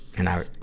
and i,